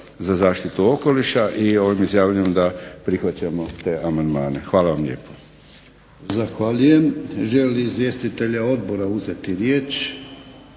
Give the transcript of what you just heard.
za zaštitu okoliša i ovim izjavljujem da prihvaćamo te amandmane. Hvala vam lijepo. **Jarnjak, Ivan (HDZ)** Zahvaljujem. Žele li izvjestitelji Odbora uzeti riječ?